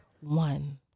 one